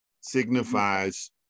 signifies